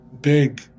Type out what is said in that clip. big